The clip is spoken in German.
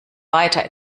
weiter